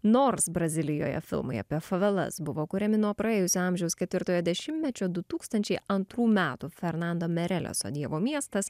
nors brazilijoje filmai apie favelas buvo kuriami nuo praėjusio amžiaus ketvirtojo dešimtmečio du tūkstančiai antrų metų fernando mereleso dievo miestas